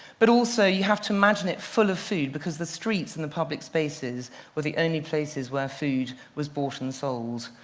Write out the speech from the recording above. but also you have to imagine it full of food. because the streets and the public spaces were the only places where food was bought and sold.